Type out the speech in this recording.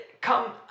come